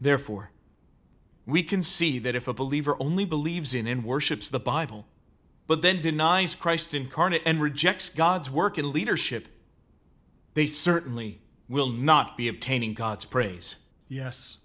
therefore we can see that if a believer only believes in and worships the bible but then denies christ incarnate and rejects god's work in leadership they certainly will not be obtaining god's praise yes